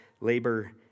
labor